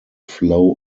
flow